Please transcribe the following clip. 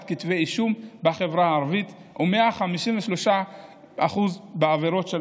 כתבי אישום בחברה הערבית ושל 153% בעבירות של